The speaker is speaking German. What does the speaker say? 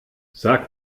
sag